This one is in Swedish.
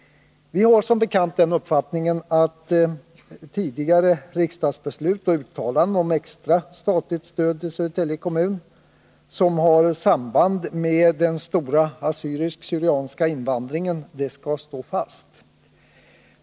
Vi har som bekant den uppfattningen att tidigare riksdagsbeslut och uttalanden om extra statligt stöd till Södertälje kommun som har samband med den stora assyriska/syrianska invandringen skall stå fast.